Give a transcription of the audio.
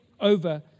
over